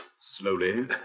Slowly